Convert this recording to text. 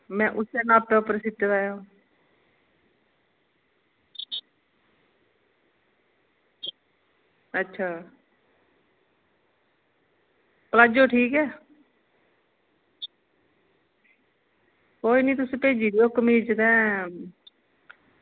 में उसिसै नापै पर सीता दा ऐ ओह् अच्छा पलाजो ठीक ऐ कोई नी तुस भेजी देओ कमीज़ ते